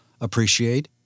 appreciate